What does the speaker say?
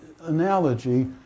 analogy